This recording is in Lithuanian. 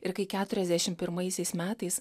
ir kai keturiasdešim pirmaisiais metais